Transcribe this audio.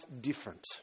different